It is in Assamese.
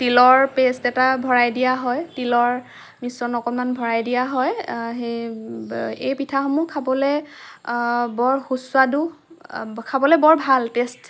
তিলৰ পেষ্ট এটা ভৰাই দিয়া হয় তিলৰ মিশ্ৰণ অকণমান ভৰাই দিয়া হয় এই পিঠাসমূহ খাবলৈ বৰ সুস্বাদু খাবলৈ বৰ ভাল টেষ্ট